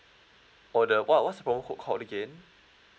oh the what what's the promo code called again